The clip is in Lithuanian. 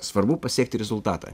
svarbu pasiekti rezultatą